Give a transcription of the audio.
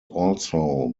also